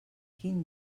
quin